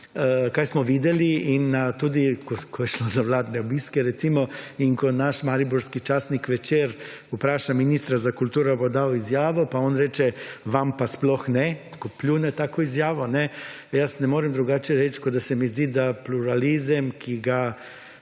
kaj smo videli in na tudi, ko je šlo za vladne obiske, recimo in ko naš mariborski časnik Večer vpraša ministra za kulturo, ali bo dal izjavo, pa on reče, vam pa sploh ne, tako pljune tako izjavo, jaz ne morem drugače reči, kot da se mi zdi, da pluralizem, ki ga zagovarja,